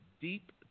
deep